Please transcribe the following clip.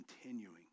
continuing